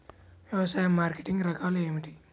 వ్యవసాయ మార్కెటింగ్ రకాలు ఏమిటి?